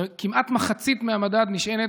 וכמעט מחצית מהממד נשענת,